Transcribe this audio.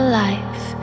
life